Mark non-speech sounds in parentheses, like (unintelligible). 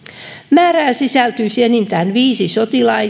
määrään sisältyisi enintään viisi sotilasta (unintelligible)